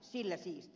sillä siisti